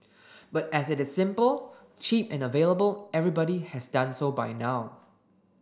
but as it is simple cheap and available everybody has done so by now